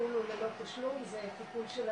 הטיפול הוא ללא תשלום, זה טיפול של המדינה.